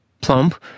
Plump